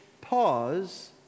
pause